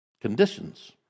conditions